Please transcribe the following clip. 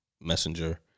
Messenger